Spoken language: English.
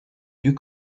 you